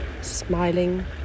smiling